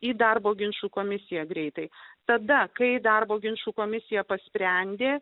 į darbo ginčų komisija greitai tada kai darbo ginčų komisija sprendė